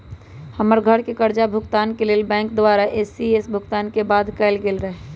हमर घरके करजा भूगतान के लेल बैंक द्वारा इ.सी.एस भुगतान के बाध्य कएल गेल रहै